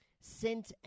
sent